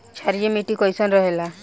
क्षारीय मिट्टी कईसन रहेला?